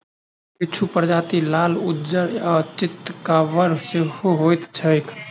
किछु प्रजाति लाल, उज्जर आ चितकाबर सेहो होइत छैक